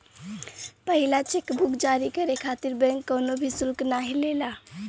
पहिला cheque book जारी करे खातिर बैंक कउनो भी शुल्क नाहीं लेला